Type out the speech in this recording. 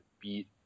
beat